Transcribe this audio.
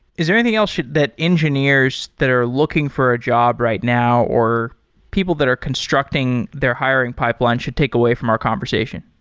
is there anything else that engineers that are looking for a job right now or people that are constructing their hiring pipeline should take away from our conversation?